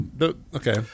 Okay